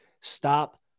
stop